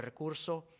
recurso